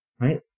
Right